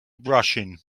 brushing